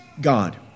God